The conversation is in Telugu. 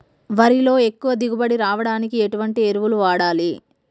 వరిలో ఎక్కువ దిగుబడి రావడానికి ఎటువంటి ఎరువులు వాడాలి?